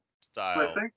style